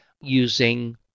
using